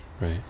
right